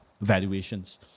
valuations